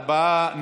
ארבעה,